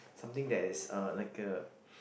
something that is a like a